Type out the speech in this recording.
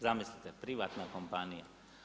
Zamislite privatna kompanija.